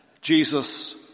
Jesus